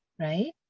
right